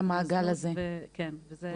לזנות --- למעגל הזה, ולניצול.